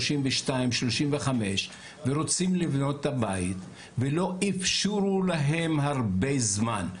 32 ,35 ורוצים לבנות את הבית ולא אפשרו להם הרבה זמן,